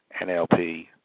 NLP